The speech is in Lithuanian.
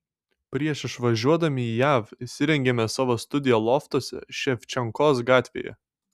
prieš išvažiuodami į jav įsirengėme savo studiją loftuose ševčenkos gatvėje